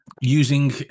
Using